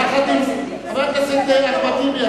חבר הכנסת אחמד טיבי,